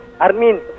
Armin